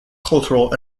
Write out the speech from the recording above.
cultural